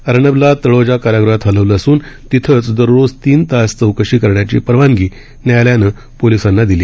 अर्णबला तळोजा कारागृहात हलवलं असून तिथंच दररोज तीन तास चौकशी करण्याची परवानगी न्यायालयानं पोलिसांना दिली